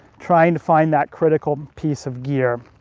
trying to find that critical piece of gear.